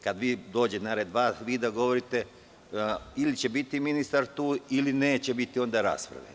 Kada vi dođete na red da govorite, ili će biti ministar tu ili neće biti rasprave.